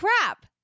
crap